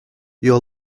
your